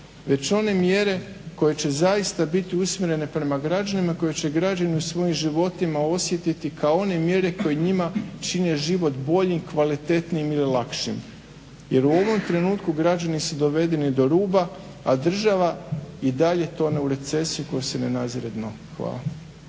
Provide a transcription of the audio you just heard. već one mjere koje će zaista biti usmjerene prema građanima, koje će građani u svojim životima osjetiti kao one mjere koje njima čine život bolji, kvalitetnijim ili lakšim. Jer u ovom trenutku građani su dovedeni do ruba, a država i dalje tone u recesiju kojoj se ne nazire dno. Hvala.